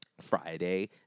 Friday